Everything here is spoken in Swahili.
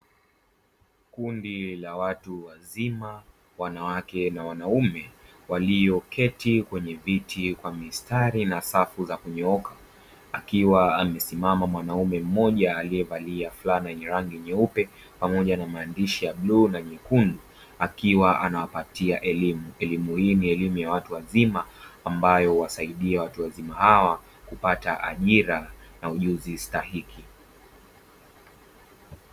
Kundi la watu wazima wanawake na wanaume walioketi kwenye viti kwa mistari na safu za kunyooka, akiwa amesimama mwanaume mmoja alievalia fulana yenye rangi nyeupe pamoja na maandishi ya bluu na nyekundu, akiwa anawapatia elimu. Elimu hii ni elimu ya watu wazima ambayo huwasaidia watu wazima hawa kupata ajira na ujuzi stahiki.